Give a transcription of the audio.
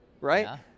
right